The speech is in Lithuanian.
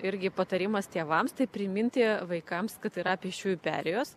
irgi patarimas tėvams tai priminti vaikams kad yra pėsčiųjų perėjos